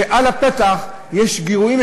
שעל הפתח יש גירויים,